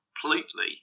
completely